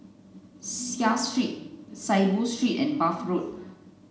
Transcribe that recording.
Seah Street Saiboo Street and Bath Road